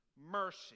Mercy